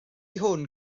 hwn